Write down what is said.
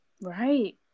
Right